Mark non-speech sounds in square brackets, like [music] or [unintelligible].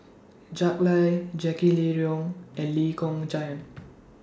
Jack Lai Jackie Lee [unintelligible] and Lee Kong Chian